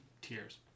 tears